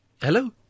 Hello